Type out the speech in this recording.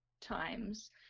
times